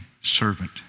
servant